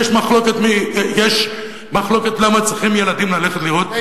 יש מחלוקת למה צריכים ילדים ללכת לראות את הכוחנות בחברון.